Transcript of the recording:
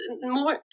more